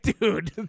dude